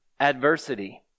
adversity